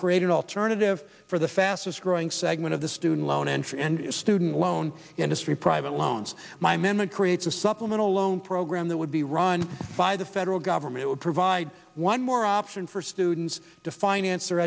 create an alternative for the fastest growing segment of the student loan engine and a student loan industry private loans my men and creates a supplemental loan program that would be run by the federal government would provide one more option for students to finance their